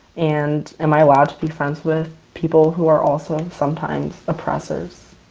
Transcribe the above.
and am i allowed to be friends with people who are also sometimes oppressors?